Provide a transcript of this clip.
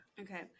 okay